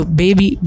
baby